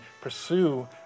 pursue